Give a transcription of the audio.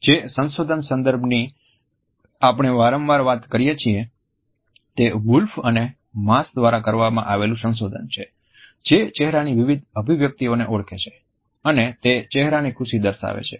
જે સંશોધન સંદર્ભની આપણે વારંવાર વાત કરીએ છીએ તે વુલ્ફ અને માસ દ્વારા કરવામાં આવેલું સંશોધન છે જે ચહેરાની વિવિધ અભિવ્યક્તિઓને ઓળખે છે અને તે ચહેરાની ખુશી દર્શાવે છે